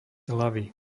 hlavy